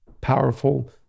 powerful